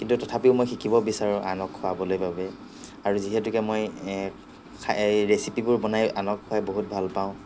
কিন্তু তথাপিও মই শিকিব বিচাৰোঁ আনক খুৱাবলৈ বাবে আৰু যিহেতুকে মই ৰেচিপিবোৰ বনাই আনক খুৱাই বহুত ভাল পাঁও